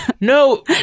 No